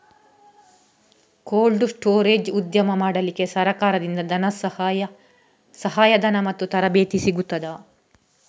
Cold storage ಉದ್ಯಮ ಮಾಡಲಿಕ್ಕೆ ಸರಕಾರದಿಂದ ಸಹಾಯ ಧನ ಮತ್ತು ತರಬೇತಿ ಸಿಗುತ್ತದಾ?